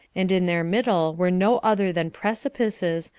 and in their middle were no other than precipices,